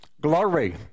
Glory